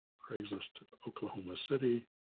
craigslist, oklahoma city,